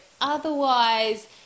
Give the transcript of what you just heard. otherwise